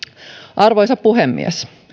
arvoisa puhemies